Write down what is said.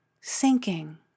sinking